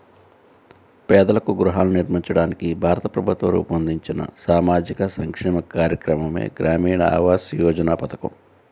పేదలకు గృహాలను నిర్మించడానికి భారత ప్రభుత్వం రూపొందించిన సామాజిక సంక్షేమ కార్యక్రమమే గ్రామీణ ఆవాస్ యోజన పథకం